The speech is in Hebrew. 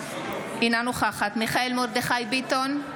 אינה נוכחת מיכאל מרדכי ביטון,